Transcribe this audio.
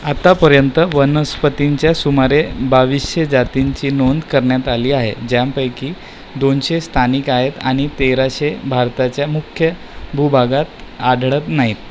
आतापर्यंत वनस्पतींच्या सुमारे बावीसशे जातींची नोंद करण्यात आली आहे ज्यांपैकी दोनशे स्थानिक आहेत आणि तेराशे भारताच्या मुख्य भूभागात आढळत नाहीत